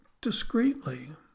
discreetly